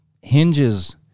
hinges